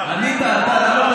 ענית אתה, למה,